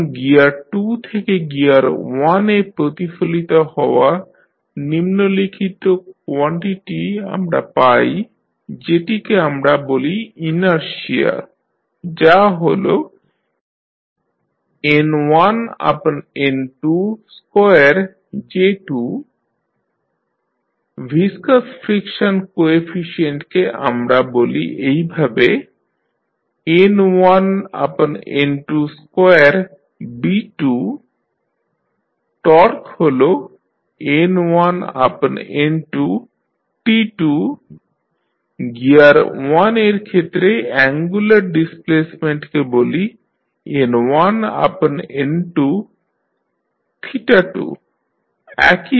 এখন গিয়ার 2 থেকে গিয়ার 1 এ প্রতিফলিত হওয়া নিম্নলিখিত কোয়ান্টিটি আমরা পাই যেটিকে আমরা বলি ইনারশিয়া যা হল N1N22J2 ভিসকাস ফ্রিকশন কোএফিশিয়েন্টকে আমরা বলি এইভাবে N1N22B2 টর্ক হল N1N2T2 গিয়ার 1 এর ক্ষেত্রে অ্যাঙ্গুলার ডিসপ্লেসমেন্টকে বলি N1N22